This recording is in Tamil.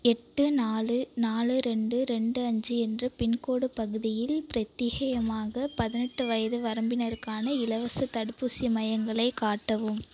எட்டு நாலு நாலு ரெண்டு ரெண்டு அஞ்சு என்ற பின்கோடு பகுதியில் பிரத்யேகமாக பதினெட்டு வயது வரம்பினருக்கான இலவசத் தடுப்பூசி மையங்களை காட்டவும்